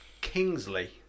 Kingsley